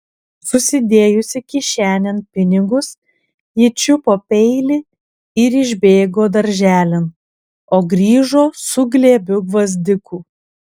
susidėjusi kišenėn pinigus ji čiupo peilį ir išbėgo darželin o grįžo su glėbiu gvazdikų